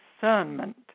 discernment